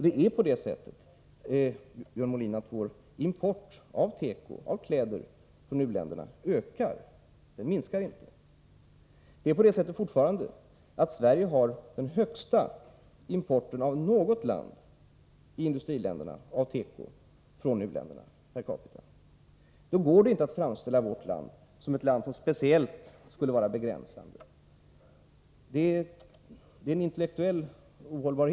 Det är på det sättet, Björn Molin, att vår import av kläder från u-länderna ökar — den minskar inte. Det är fortfarande så att Sverige per capita har den högsta importen av alla industriländer av tekoprodukter från u-länderna. Då går det inte att framställa vårt land som ett land som speciellt skulle vara begränsande. Det är intellektuellt ohållbart.